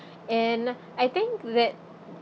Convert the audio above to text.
and I think that